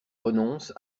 renonce